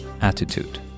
Attitude